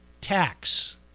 tax